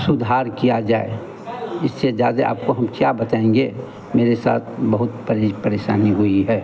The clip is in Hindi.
सुधार किया जाए इससे ज़्यादा आपको हम क्या बताएंगे मेरे साथ बहुत पहले परेशानी हुई है